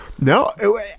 No